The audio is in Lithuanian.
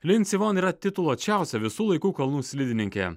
lindsi von yra tituluočiausia visų laikų kalnų slidininkė